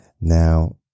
Now